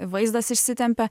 vaizdas išsitempia